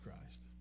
Christ